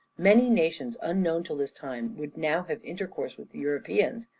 many nations unknown till this time would now have intercourse with europeans.